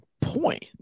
point